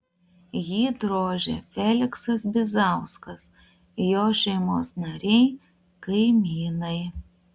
jį drožė feliksas bizauskas jo šeimos nariai kaimynai